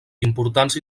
importants